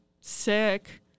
sick